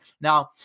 Now